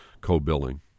co-billing